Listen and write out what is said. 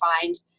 find